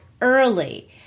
early